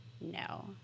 no